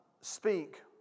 speak